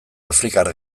afrikar